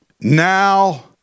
Now